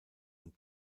und